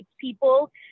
people